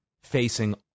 facing